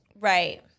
Right